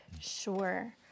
Sure